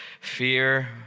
fear